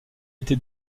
été